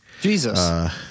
jesus